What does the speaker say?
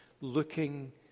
looking